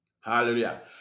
Hallelujah